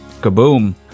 Kaboom